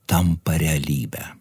tampa realybe